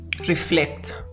reflect